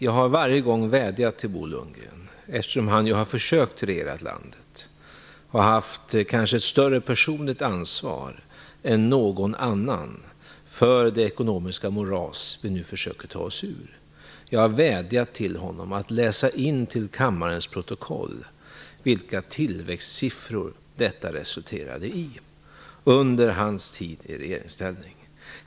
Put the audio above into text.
Jag har varje gång vädjat till Bo Lundgren - eftersom han har försökt att regera landet och har haft ett kanske större personligt ansvar än någon annan för det ekonomiska moras som vi nu försöker ta oss ut ur - att han till kammarens protokoll skall läsa in vilka tillväxtsiffror som blev resultatet av hans tid i regeringsställning.